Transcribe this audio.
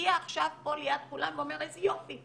מגיע עכשיו פה ליד כולם ואומר: איזה יופי,